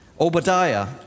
Obadiah